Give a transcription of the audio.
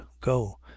go